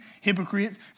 hypocrites